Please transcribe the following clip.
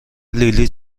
لیلی